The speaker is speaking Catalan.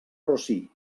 rossí